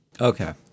Okay